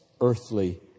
earthly